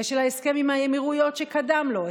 ושל ההסכם עם האמירויות שקדם לו,